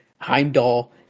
Heimdall